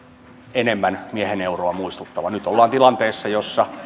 enemmän miehen euroa muistuttava nyt ollaan tilanteessa jossa